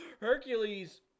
Hercules